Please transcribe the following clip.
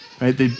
right